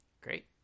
Great